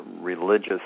religious